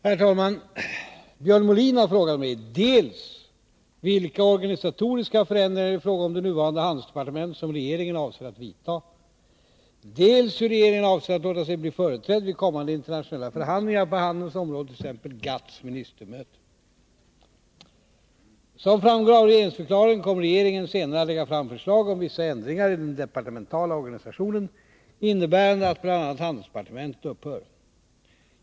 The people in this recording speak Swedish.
Herr talman! Björn Molin har frågat mig dels vilka organisatoriska förändringar i fråga om det nuvarande handelsdepartementet som regeringen avser att vidta, dels hur regeringen avser att låta sig bli företrädd vid kommande internationella förhandlingar på handelns område, t.ex. GATT:s ministermöte. Som framgår av regeringsförklaringen kommer regeringen senare att lägga fram förslag om vissa ändringar i den departementala organisationen, innebärande att bl.a. handelsdepartementet upphör.